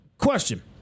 Question